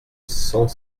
cent